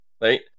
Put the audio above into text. right